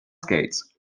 skates